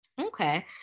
Okay